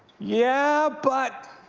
yeah but,